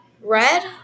Red